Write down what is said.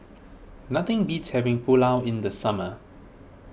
nothing beats having Pulao in the summer